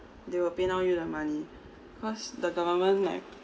they will paynow you the money because the government like